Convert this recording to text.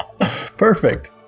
Perfect